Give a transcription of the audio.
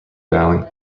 dialing